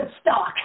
stock